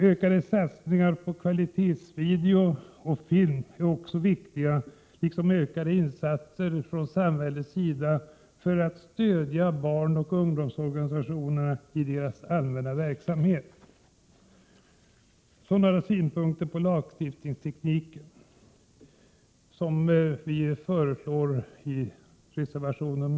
Ökade satsningar från samhällets sida på kvalitet när det gäller videogram och filmer är också viktiga, liksom ökade insatser för att stödja barnoch ungdomsorganisationernas allmänna verksamhet. Så till några synpunkter på lagstiftningstekniken och de förslag som vi framför i reservation 9.